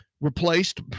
replaced